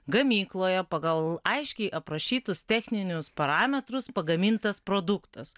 gamykloje pagal aiškiai aprašytus techninius parametrus pagamintas produktas